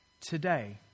Today